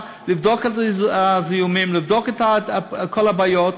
לבדוק את הזיהומים ולבדוק את כל הבעיות.